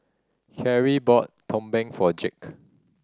Carie bought Tumpeng for Jake